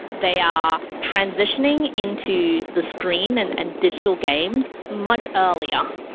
they are transitioning into the screen and and digital games much earlier